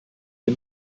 wir